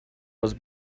was